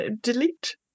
delete